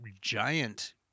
giant